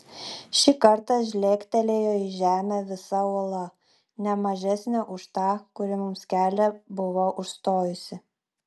šį kartą žlegtelėjo į žemę visa uola ne mažesnė už tą kuri mums kelią buvo užstojusi